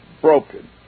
broken